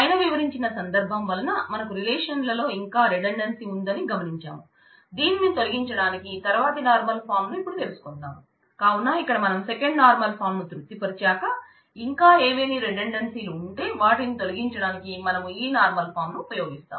పైన వివరించిన సందర్భం వలన మనకు రిలేషన్లో లు ఉంటే వాటిని తొలగించడానికి మనం ఈ నార్మల్ ఫాం ను ఉపయోగిస్తాం